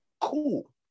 Cool